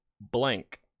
Blank